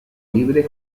libre